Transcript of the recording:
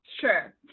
sure